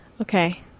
okay